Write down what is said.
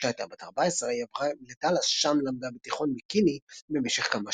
כשהייתה בת 14 היא עברה לדאלאס שם למדה בתיכון מקיני במשך כמה שנים.